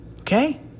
Okay